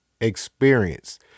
experience